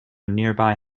nearby